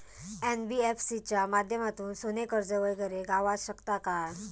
NBFC च्या माध्यमातून सोने कर्ज वगैरे गावात शकता काय?